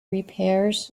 repairs